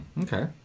Okay